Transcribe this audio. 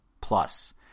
Plus